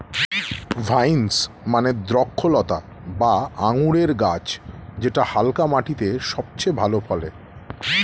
vines মানে দ্রক্ষলতা বা আঙুরের গাছ যেটা হালকা মাটিতে সবচেয়ে ভালো ফলে